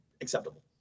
acceptable